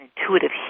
intuitive